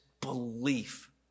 belief